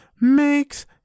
makes